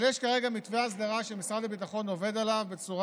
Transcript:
אבל יש כרגע מתווה הסדרה שמשרד הביטחון עובד עליו בצורה